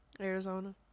Arizona